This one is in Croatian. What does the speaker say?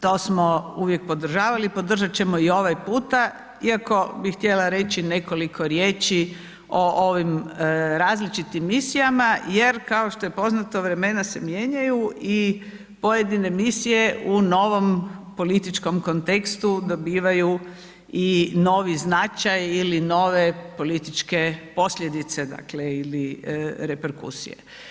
To smo uvijek podržavali i podržat ćemo i u ovaj puta iako bi htjela reći nekoliko riječi i ovim različitim misijama jer kao što je poznato, vremena se mijenjaju i pojedine misije u novom političkom kontekstu dobivaju i novi značaj ili nove političke posljedice dakle ili reperkusije.